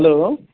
hello